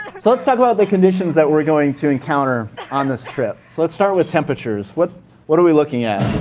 so let's talk about the conditions that we're going to encounter on this trip. let's start with temperatures. what what are we looking at?